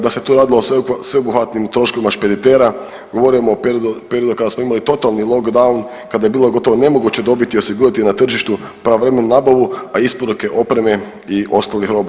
Da se tu radilo sveobuhvatnim troškovima špeditera, govorimo o periodu kada smo imali totali lockdown, kada je bilo gotovo nemoguće dobiti, osigurati na tržištu pravovremenu nabavu, a isporuke opreme i ostalih roba.